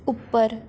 ਉੱਪਰ